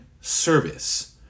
service